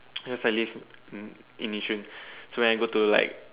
you know if I live in um in Yishun so when I go to like